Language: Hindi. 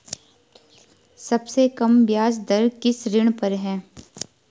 सबसे कम ब्याज दर किस ऋण पर है?